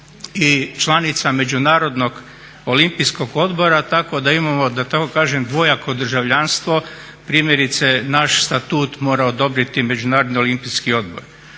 i članica Međunarodnog olimpijskog odbora tako da imamo da tako kažemo dvojako državljanstvo. Primjerice naš Statut mora odobriti Međunarodni olimpijski odbor.